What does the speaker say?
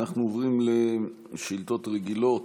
אנחנו עוברים לשאילתות רגילות,